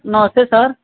नमस्ते सर